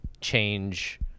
change